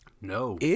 No